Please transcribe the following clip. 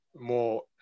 more